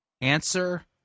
Answer